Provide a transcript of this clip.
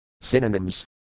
Synonyms